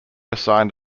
assigned